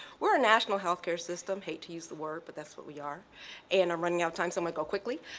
we're a national health-care system, hate to use the word but that's what we are and i'm running out of time so i'm gonna go quickly.